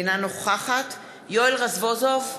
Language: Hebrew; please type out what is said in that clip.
אינה נוכחת יואל רזבוזוב,